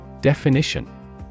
Definition